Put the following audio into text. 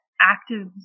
Active